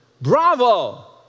Bravo